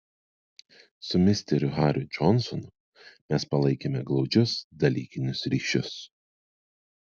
su misteriu hariu džonsonu mes palaikėme glaudžius dalykinius ryšius